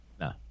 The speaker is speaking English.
No